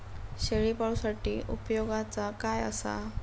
शेळीपाळूसाठी उपयोगाचा काय असा?